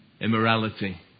immorality